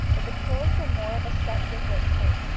but the curls were more of a set ringlet type,